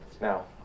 Now